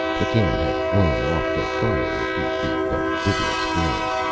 the can had flown off the fire a few feet but didn't explode.